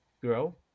grow